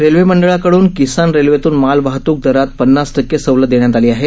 railway मंडळाकडून किसान रेल्वेतून माल वाहतूक दरात पन्नास टक्के सवलत देण्यात आली आहे